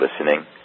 listening